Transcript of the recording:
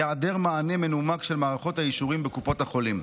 היעדר מענה מנומק של מערכות האישורים בקופות החולים.